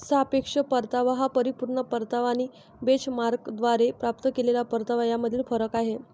सापेक्ष परतावा हा परिपूर्ण परतावा आणि बेंचमार्कद्वारे प्राप्त केलेला परतावा यामधील फरक आहे